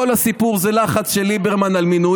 כל הסיפור זה לחץ של ליברמן למינויים,